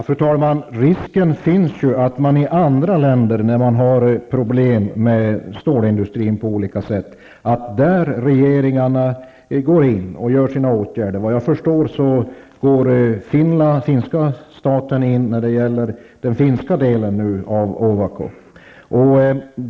Fru talman! Risken finns ju att regeringarna i andra länder, när de har problem med stålindustrin, går in och vidtar åtgärder. Enligt vad jag förstår går finska staten in när det gäller den finska delen av Ovako.